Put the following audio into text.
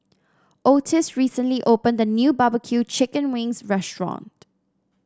Ottis recently opened a new barbecue Chicken Wings restaurant